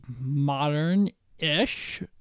modern-ish